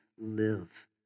live